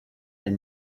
had